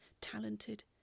Talented